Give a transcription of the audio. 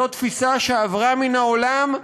זו תפיסה שעברה מן העולם,